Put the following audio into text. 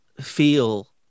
feel